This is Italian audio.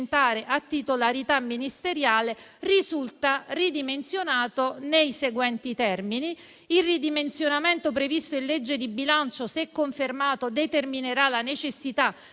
a titolarità ministeriale, risulta ridimensionato nei seguenti termini. Il ridimensionamento previsto in legge di bilancio, se confermato, determinerà la necessità